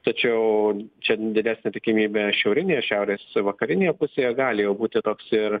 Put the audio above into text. tačiau čia didesnė tikimybė šiaurinėje šiaurės vakarinėje pusėje gali jau būti toks ir